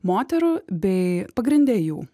moterų bei pagrinde jų